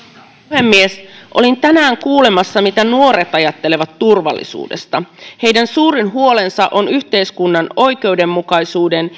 puhemies olin tänään kuulemassa mitä nuoret ajattelevat turvallisuudesta heidän suurin huolensa on yhteiskunnan oikeudenmukaisuuden